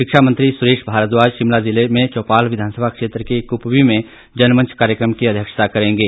शिक्षा मंत्री सुरेश भारद्वाज शिमला जिले में चौपाल विधानसभा क्षेत्र के क्पवी में जनमंच कार्यक्रम की अध्यक्षता करेंगे